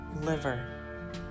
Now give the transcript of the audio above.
liver